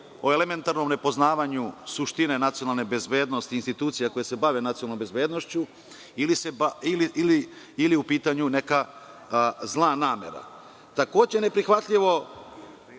o elementarnom nepoznavanju suštine nacionalne bezbednosti institucija koje se bave nacionalnom bezbednošću ili je u pitanju neka zla namera. Takođe je neprihvatljivo